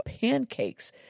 pancakes